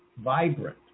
vibrant